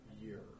year